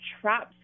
traps